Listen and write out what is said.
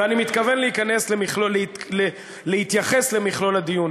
ואני מתכוון להתייחס למכלול הדיון.